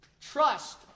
trust